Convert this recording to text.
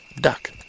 Duck